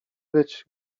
być